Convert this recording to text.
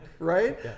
right